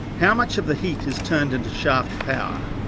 how much of the heat is turned into shaft power?